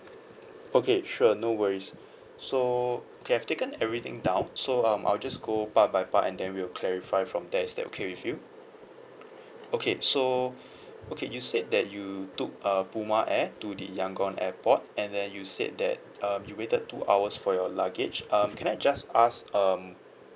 okay sure no worries so okay I've taken everything down so um I'll just go part by part and then we'll clarify from there is that okay with you okay so okay you said that you took uh puma air to the yangon airport and then you said that um you waited two hours for your luggage um can I just ask um